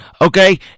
Okay